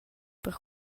per